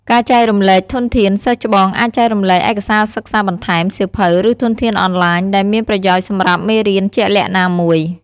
ការចែករំលែកធនធាន សិស្សច្បងអាចចែករំលែក ឯកសារសិក្សាបន្ថែម សៀវភៅ ឬធនធានអនឡាញ ដែលមានប្រយោជន៍សម្រាប់មេរៀនជាក់លាក់ណាមួយ។